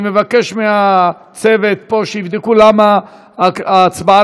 אני מבקש מהצוות פה שיבדוק למה ההצבעה